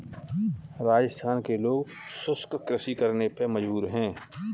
राजस्थान के लोग शुष्क कृषि करने पे मजबूर हैं